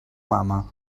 mama